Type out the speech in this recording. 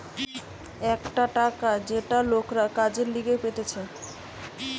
একটা টাকা যেটা লোকরা কাজের লিগে পেতেছে